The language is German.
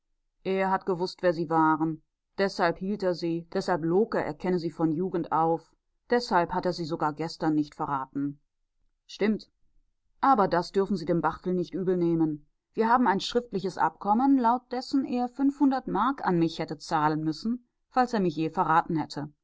er hat gewußt wer sie waren deshalb hielt er sie deshalb log er er kenne sie von jugend auf deshalb hat er sie sogar gestern nicht verraten stimmt aber das dürfen sie dem barthel nicht übelnehmen wir haben ein schriftliches abkommen laut dessen er fünfhundert mark an mich hätte zahlen müssen falls er mich je verraten hätte